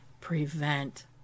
prevent